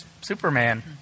Superman